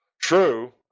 True